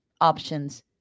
options